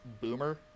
Boomer